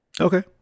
Okay